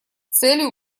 целью